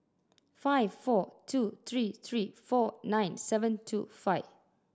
five four two three three four nine seven two five